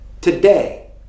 Today